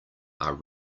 are